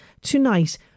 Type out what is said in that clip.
tonight